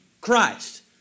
Christ